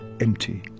empty